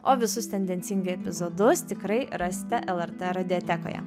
o visus tendencingai epizodus tikrai rasite lrt radiotekoje